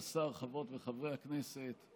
השר, חברות וחברי הכנסת,